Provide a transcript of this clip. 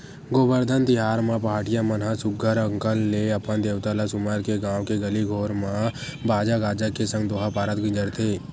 गोबरधन तिहार म पहाटिया मन ह सुग्घर अंकन ले अपन देवता ल सुमर के गाँव के गली घोर म बाजा गाजा के संग दोहा पारत गिंजरथे